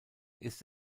ist